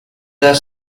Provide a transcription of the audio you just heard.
the